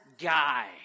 guy